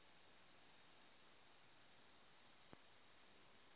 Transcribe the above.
पशुपालन कहाक को जाहा?